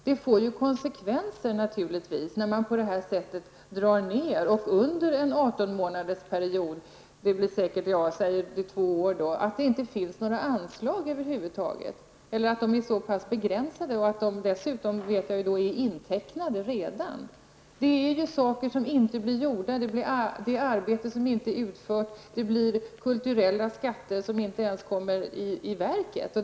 Det får naturligtvis konsekvenser när man på det här sättet drar ned på anslagen så att det under en 18 månadersperiod över huvud taget inte finns några anslag eller att det blir så pass begränsade eller redan är intecknade. Saker blir inte gjorde, arbeten blir inte utförda och kulturella skatter kommer inte ens till verket.